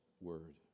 word